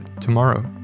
tomorrow